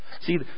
See